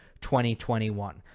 2021